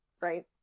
right